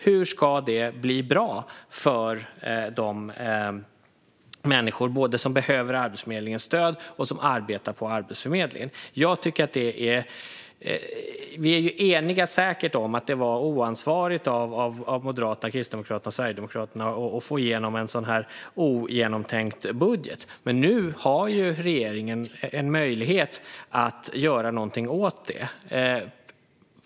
Hur ska det bli bra för de människor som behöver Arbetsförmedlingens stöd och för dem som arbetar på Arbetsförmedlingen? Vi är säkert eniga om att det var oansvarigt av Moderaterna, Kristdemokraterna och Sverigedemokraterna att få igenom en sådan här ogenomtänkt budget. Men nu har ju regeringen en möjlighet att göra någonting åt det.